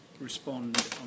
respond